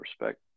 respect